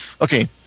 Okay